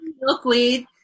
milkweed